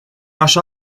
așa